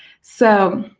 so,